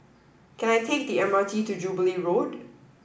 can I take the M R T to Jubilee Road